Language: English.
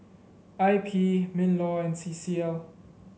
I P Minlaw and C C L